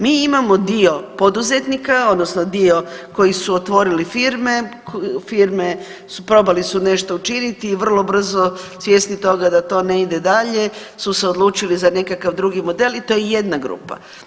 Mi imamo dio poduzetnika, odnosno dio koji su otvorili firme, firme, probali su nešto učiniti i vrlo brzo svjesni toga da to ne ide dalje su se odlučili za nekakav drugi model i to je jedna grupa.